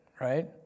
right